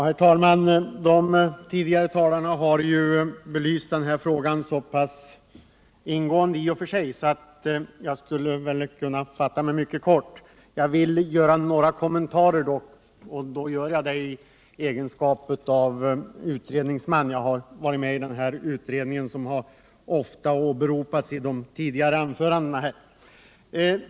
Herr talman! De tidigare talarna har belyst den här frågan så pass ingående att jag kan fatta mig mycket kort. Jag vill dock göra några kommentarer. Jag gör det i cgenskap av utredningsman — jag tillhörde den utredning som ofta har åberopats i de tidigare anförandena här.